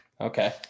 Okay